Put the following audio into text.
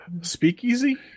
Speakeasy